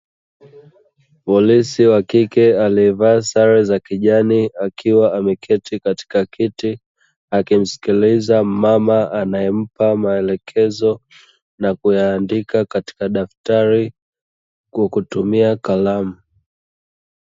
Polisi wa kike aliyevaa sare za kijani akiwa ameketi katika kiti, akimsikiliza mama anayempa maelekezo na kuandika katika daftari kwa kutumia kalamu.